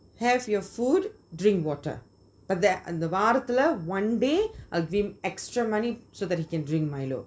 have your food drink water but that அந்த வாரத்துல:antha varathula one day I'll give extra money so that he can drink milo